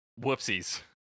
Whoopsies